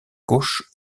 gauche